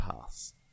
Pass